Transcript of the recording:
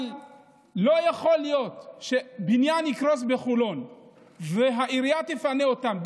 אבל לא יכול להיות שבניין יקרוס בחולון והעירייה תפנה אותם,